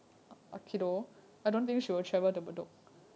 mm